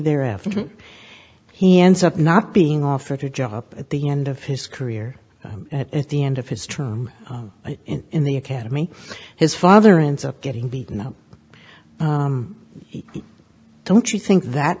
thereafter he ends up not being offered a job at the end of his career at the end of his term in the academy his father ends up getting beaten up don't you think that